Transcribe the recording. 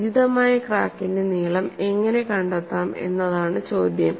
ഉചിതമായ ക്രാക്കിന്റെ നീളം എങ്ങനെ കണ്ടെത്താം എന്നതാണ് ചോദ്യം